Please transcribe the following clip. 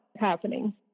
happening